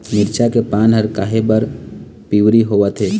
मिरचा के पान हर काहे बर पिवरी होवथे?